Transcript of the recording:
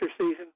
season